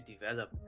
develop